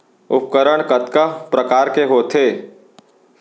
उपकरण कतका प्रकार के होथे?